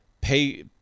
pay